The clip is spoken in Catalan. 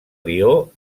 lió